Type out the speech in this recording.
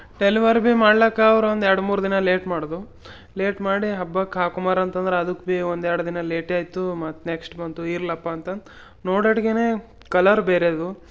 deliver ಭಿ ಮಾಡ್ಲಿಕ್ಕ ಅವ್ರು ಒಂದು ಎರಡು ಮೂರು ದಿನ ಲೇಟ್ ಮಾಡ್ದೊ ಲೇಟ್ ಮಾಡಿ ಹಬ್ಬಕ್ಕೆ ಹಾಕುಮರ್ ಅಂತಂದ್ರೆ ಅದಕ್ಕೆ ಭಿ ಒಂದೆರಡು ದಿನ ಲೇಟೆ ಆಯಿತು ಮತ್ತೆ ನೆಕ್ಷ್ಟ್ ಬಂತು ಇರಲಪ್ಪ ಅಂತಂದು ನೋಡಟ್ಕೆನೆ ಕಲರ್ ಬೇರೆ ಅದು